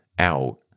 out